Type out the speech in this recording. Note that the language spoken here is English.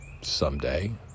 someday